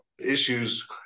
issues